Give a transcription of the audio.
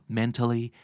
mentally